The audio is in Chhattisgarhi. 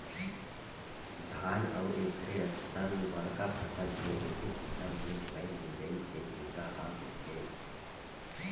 धान अउ एखरे असन बड़का फसल के एके किसम ले लुवई मिजई के बूता ह होथे